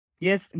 Yes